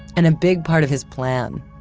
and a big part of his plan,